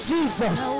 Jesus